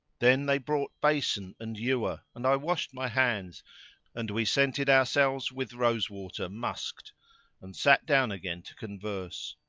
then they brought basin and ewer and i washed my hands and we scented ourselves with rose water musk'd and sat down again to converse.